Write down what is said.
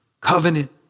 Covenant